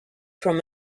from